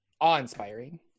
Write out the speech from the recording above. awe-inspiring